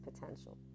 potential